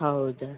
ಹೌದಾ